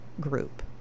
group